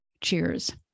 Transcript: Cheers